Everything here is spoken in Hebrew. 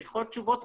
צריכות תשובות,